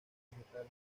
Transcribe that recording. vegetal